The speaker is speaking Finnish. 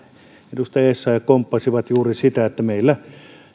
edustaja essayah komppasivat juuri sitä että meillä